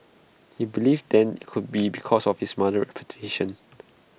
he believed then IT could be because of his mother's